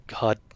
God